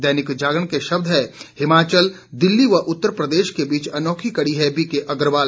दैनिक जागरण के शब्द हैं हिमाचल दिल्ली व उत्तर प्रदेश के बीच अनोखी कड़ी है बीके अग्रवाल